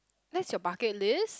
that's your bucket list